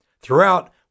throughout